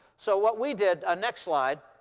so what we did ah next slide,